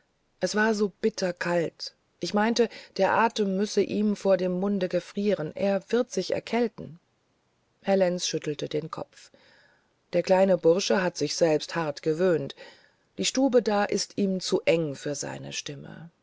es ist so bitterkalt ich meinte der atem müsse ihm vor dem munde gefrieren er wird sich erkälten herr lenz schüttelte den kopf der kleine bursche hat sich selbst hart gewöhnt die stube da ist ihm zu eng für seine stimme